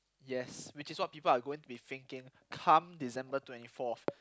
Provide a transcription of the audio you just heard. yes which is what people are going to be thinking come December twenty fourth